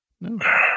no